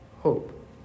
Hope